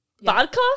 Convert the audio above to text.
vodka